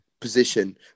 position